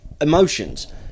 emotions